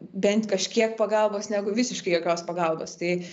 bent kažkiek pagalbos negu visiškai jokios pagalbos tai